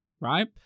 right